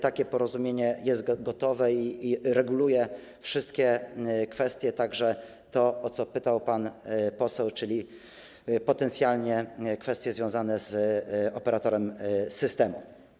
Takie porozumienie jest gotowe i reguluje wszystkie kwestie, także to, o co pytał pan poseł, czyli potencjalne kwestie związane z operatorem systemu.